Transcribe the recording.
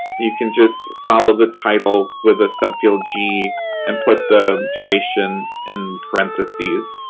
you can just follow the title with a subfield g and put the duration in parentheses.